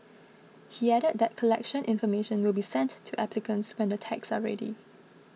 he added that collection information will be sent to applicants when the tags are ready